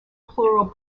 plural